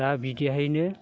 दा बिदिहायनो